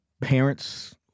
parents